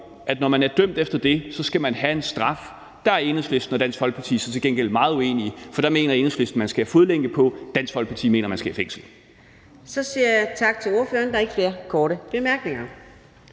at når man er dømt efter det, skal man have en straf. Der er Enhedslisten og Dansk Folkeparti så til gengæld meget uenige, for der mener Enhedslisten, at man skal have fodlænke på, og Dansk Folkeparti mener, at man skal i fængsel. Kl. 13:03 Fjerde næstformand (Karina Adsbøl): Så siger jeg tak til ordføreren. Der er ikke flere korte bemærkninger.